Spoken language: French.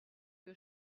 que